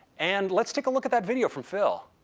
and let's take a look at that video from phil.